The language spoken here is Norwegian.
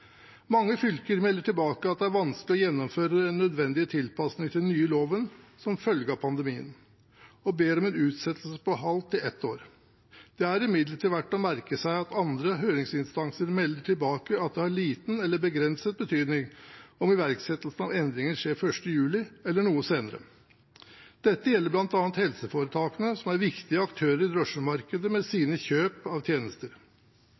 Mange fylker melder tilbake at det er vanskelig å gjennomføre nødvendige tilpasninger til den nye loven som følge av pandemien, og ber om utsettelse på et halvt til ett år. Det er imidlertid verdt å merke seg at andre høringsinstanser melder tilbake at det har liten eller begrenset betydning om iverksettelsen av endringer skjer 1. juli eller noe senere. Dette gjelder bl.a. helseforetakene, som er viktige aktører for drosjemarkedet med sine kjøp av tjenester.